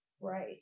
right